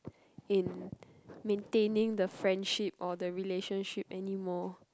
in maintaining the friendship or the relationship anymore